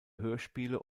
hörspiele